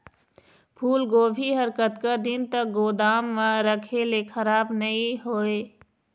फूलगोभी हर कतका दिन तक गोदाम म रखे ले खराब नई होय?